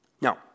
Now